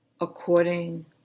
according